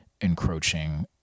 encroaching